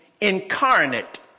incarnate